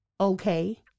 Okay